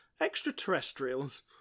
extraterrestrials